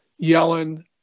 Yellen